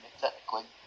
technically